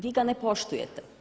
Vi ga ne poštujete.